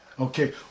Okay